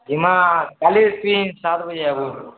ଯିମା କାଲିକି ତୁଇ ସାତ ବଜେ ଆଇବୁ